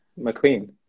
McQueen